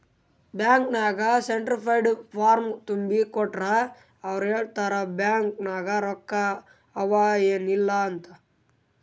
bank ನಾಗ್ certified form ತುಂಬಿ ಕೊಟ್ಟೂರ್ ಅವ್ರ ಹೇಳ್ತಾರ್ ಬ್ಯಾಂಕ್ ನಾಗ್ ರೊಕ್ಕಾ ಅವಾ ಏನ್ ಇಲ್ಲ ಅಂತ್